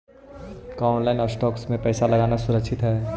का online stocks में पैसा लगाना सुरक्षित हई